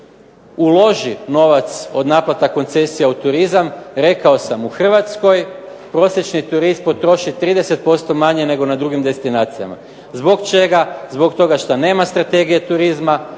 uloži novac od naplata koncesija u turizam. Rekao sam u Hrvatskoj prosječni turist potroši 30% manje nego na drugim destinacijama. Zbog čega? Zbog toga što nema strategije turizma,